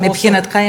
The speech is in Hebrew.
מבחינתך,